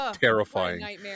terrifying